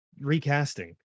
recasting